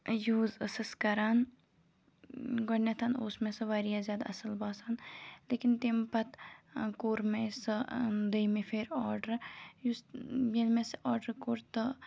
use ٲسٕس کَران گۄڈنٮ۪تھ اوس مےٚ سُہ واریاہ زیادٕ اَصٕل باسان لیکِن تمہِ پَتہٕ کوٚر مےٚ سۄ دٔیمہِ پھِر آرڈر یُس ییٚلہِ مےٚ سُہ آرڈر کوٚر تہٕ